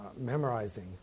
memorizing